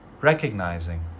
recognizing